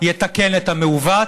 יתקן את המעוות,